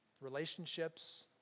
relationships